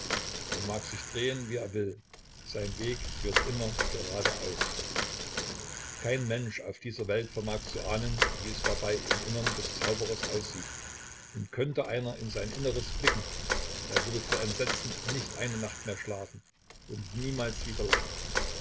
er mag sich drehen wie er will sein weg führt immer geradeaus kein mensch auf dieser welt vermag zu ahnen wie es dabei im innern des zauberers aussieht und könnte einer in sein inneres blicken er würde vor entsetzen nicht eine nacht mehr schlafen und niemals wieder lachen